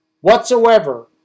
whatsoever